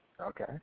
Okay